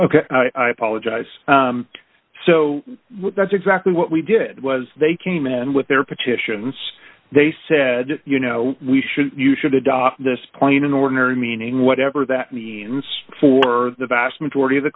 ok i apologize so that's exactly what we did was they came in with their petitions they said you know we should you should adopt this point in ordinary meaning whatever that means for the vast majority of the